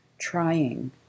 trying